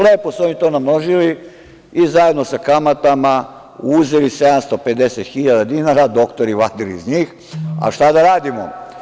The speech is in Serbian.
Lepo su oni to namnožili i zajedno sa kamatama uzeli 750 hiljada dinara, doktori vadili iz njih, a šta da radimo?